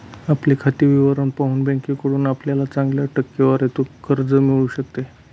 आपले खाते विवरण पाहून बँकेकडून आपल्याला चांगल्या टक्केवारीत कर्ज मिळू शकते